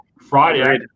friday